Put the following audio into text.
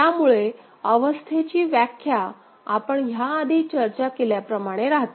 त्यामुळे अवस्थेची व्याख्या आपण ह्याआधी चर्चा केल्याप्रमाणे राहते